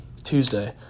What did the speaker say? Tuesday